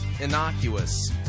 innocuous